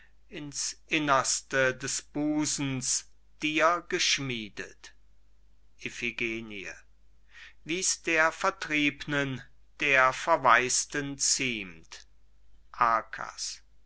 in's innerste des busens dir geschmiedet iphigenie wie's der vertriebnen der verwais'ten ziemt